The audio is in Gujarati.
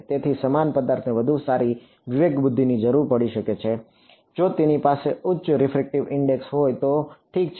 તેથી સમાન પદાર્થને વધુ સારા વિવેકબુદ્ધિની જરૂર પડી શકે છે જો તેની પાસે ઉચ્ચ રીફ્રેક્ટિવ ઇન્ડેક્સ હોય તો ઠીક છે